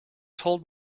told